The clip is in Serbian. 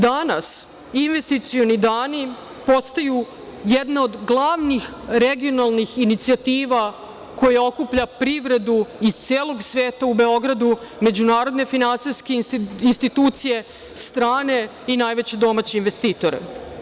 Danas investicioni dani postaju jedna od glavnih regionalnih inicijativa koja okuplja privredu iz celog sveta u Beogradu, međunarodne finansijske institucije, strane i najveće domaće investitore.